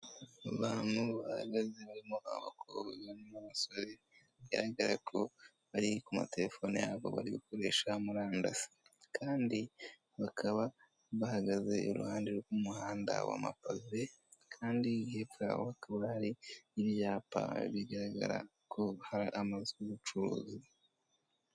Abantu bahagaze barimo abakobwa n'abasore, bigaraga ko bari ku matelefone yabo bari gukoresha murandasi, kandi bakaba bahagaze iruhande rw'umuhanda w'amapave, kandi hepfo yaho, hakaba hari ibyapa bigaragara ko hari amazu y'ubucuruzi.